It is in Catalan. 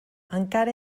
encara